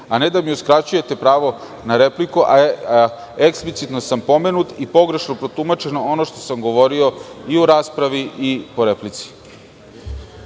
a ne da mi uskraćujete pravo na repliku, a eksplicitno sam pomenut i pogrešno je protumačeno ono što sam govorio i u raspravi i po replici.